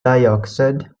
dioxide